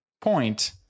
point